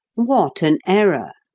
what an error!